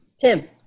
Tim